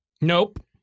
Nope